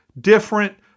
different